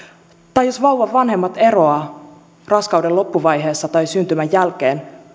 tai jos vauvan vanhemmat eroavat raskauden loppuvaiheessa tai syntymän jälkeen